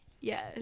Yes